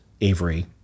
Avery